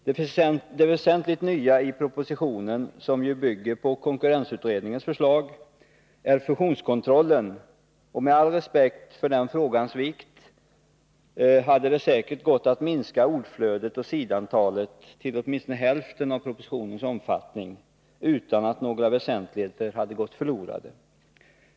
Det väsentligt nya i propositionen, som ju bygger på konkurrensutredningens förslag, är fusionskontrollen. Med all respekt för den frågans vikt hade det säkert gått att minska ordflödet och sidantalet till åtminstone hälften utan att några väsentligheter hade gått förlorade.